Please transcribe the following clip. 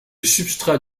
substrat